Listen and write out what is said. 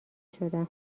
شدم